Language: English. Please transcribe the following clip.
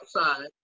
outside